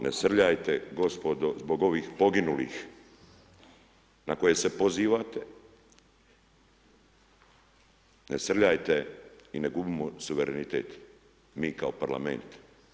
Ne srljajte gospodo zbog ovih poginulih na koje se pozivate, ne srljajte i ne gubimo suverenitet mi kao Parlament.